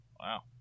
Wow